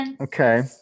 Okay